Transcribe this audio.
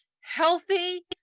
healthy